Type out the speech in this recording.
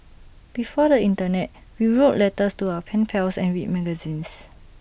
before the Internet we wrote letters to our pen pals and read magazines